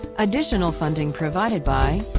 additional funding provided by